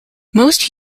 most